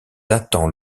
attend